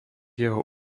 jeho